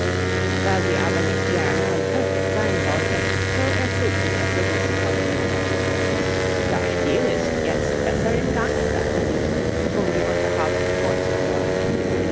da sie aber nicht gern unhöflich sein wollte so ertrug sie es so gut sie konnte das spiel ist jetzt besser im gange sagte sie um die unterhaltung fortzuführen